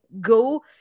go